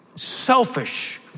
selfish